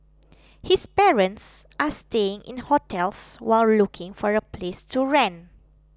his parents are staying in hotels while looking for a place to rent